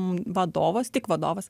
vadovas tik vadovas